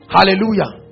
Hallelujah